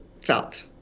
felt